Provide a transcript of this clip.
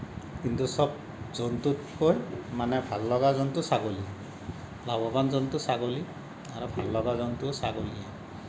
কিন্তু সব জন্তুতকৈ মানে ভাল লগা জন্তু ছাগলী লাভৱান জন্তু ছাগলী আৰু ভাল লগা জন্তুও ছাগলী